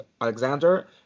Alexander